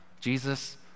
Jesus